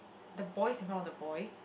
the boy in front of the boy